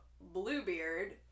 Bluebeard